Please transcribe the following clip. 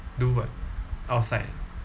do what outside